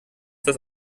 das